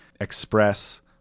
express